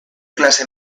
clase